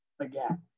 again